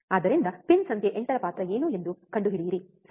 ಆದ್ದರಿಂದ ಪಿನ್ ಸಂಖ್ಯೆ 8 ರ ಪಾತ್ರ ಏನು ಎಂದು ಕಂಡುಹಿಡಿಯಿರಿ ಸರಿ